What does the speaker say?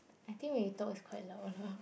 I think we talk is quite loud lah